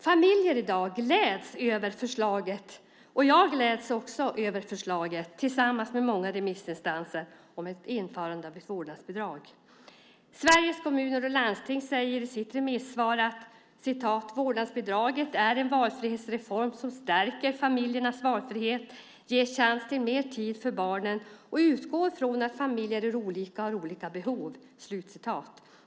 Familjer gläds i dag över förslaget. Också jag och många remissinstanser gläds över förslaget om införandet av ett vårdnadsbidrag. Sveriges Kommuner och Landsting säger i sitt remissvar: "Vårdnadsbidraget är en valfrihetsreform som stärker familjernas valfrihet, ger chans till mer tid för barnen och utgår från att familjer är olika och har olika behov."